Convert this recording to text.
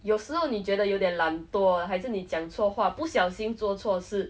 有时候你觉得有点懒惰还是你讲错话不小心做错事